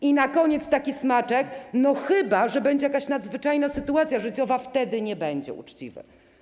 I na koniec taki smaczek: chyba że będzie jakaś nadzwyczajna sytuacja życiowa, wtedy nie będzie uczciwy.